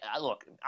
Look